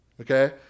Okay